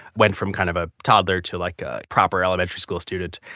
went from kind of a toddler to like a proper elementary school student.